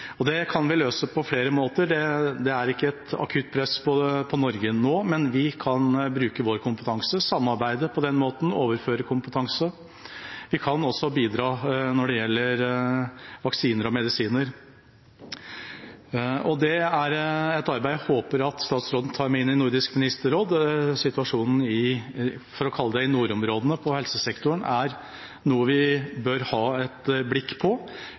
og det kan vi løse på flere måter. Det er ikke et akutt press på Norge nå, men vi kan bruke vår kompetanse – samarbeide på den måten – overføre kompetanse. Vi kan også bidra når det gjelder vaksiner og medisiner. Det er et arbeid jeg håper at statsråden tar med inn i Nordisk ministerråd. Situasjonen på helsesektoren i – for å kalle det det – nordområdene er noe vi bør ha et blikk på.